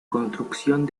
construcción